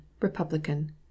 Republican